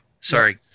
sorry